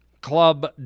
club